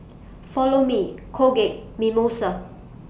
Follow Me Colgate and Mimosa